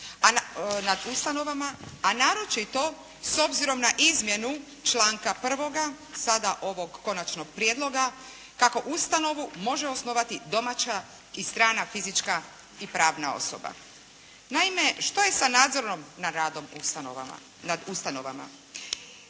a naročito s obzirom na izmjenu članku prvoga sada ovog konačnog prijedloga kako ustanovu može osnovati domaća i strana fizička i pravna osoba. Naime, što je sa nadzorom nad radom ustanovama?